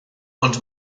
ond